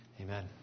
Amen